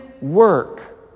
work